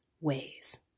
ways